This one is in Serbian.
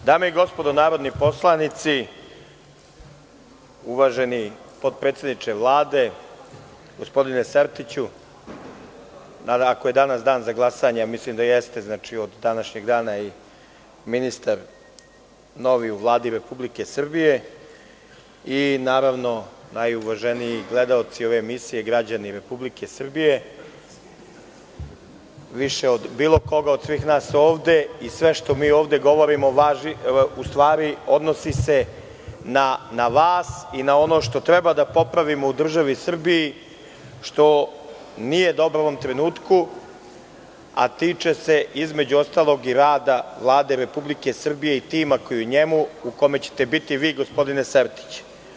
Dame i gospodo narodni poslanici, uvaženi podpredsedniče Vlade, gospodine Sertiću, ako je danas dan za glasanje, a mislim da jeste, znači, od današnjeg dana i ministar novi u Vladi Republike Srbije i, naravno, najuvaženiji gledaoci ove emisije. građani RS, više od bilo koga od svih nas ovde i sve što mi ovde govorimo, u stvari, odnosi se na vas i na ono što treba da popravimo u državi Srbiji što nije dobro u ovom trenutku, a tiče se, između ostalog, i rada Vlade Republike Srbije i tima koji je u njemu, u kome ćete biti vi, gospodine Sertić.